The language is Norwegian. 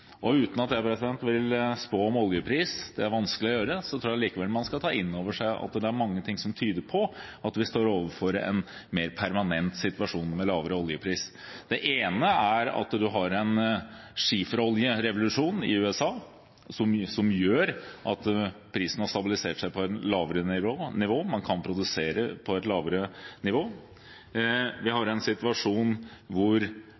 oljepris? Uten at jeg vil spå om oljepris – det er vanskelig å gjøre – tror jeg likevel man skal ta inn over seg at det er mange ting som tyder på at vi står overfor en mer permanent situasjon med lavere oljepris. Det ene er at man har en skiferoljerevolusjon i USA, som gjør at prisen har stabilisert seg på et lavere nivå, man kan produsere på et lavere nivå. Vi har en situasjon hvor